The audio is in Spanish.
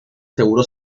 seguro